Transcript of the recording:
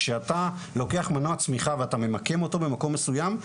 כשאתה לוקח מנוע צמיחה ואתה ממקם אותו במקום מסוים,